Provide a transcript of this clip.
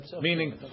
Meaning